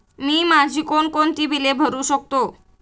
मी माझी कोणकोणती बिले भरू शकतो?